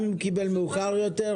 גם אם הוא קיבל מאוחר יותר,